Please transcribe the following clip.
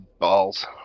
balls